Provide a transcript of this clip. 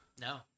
No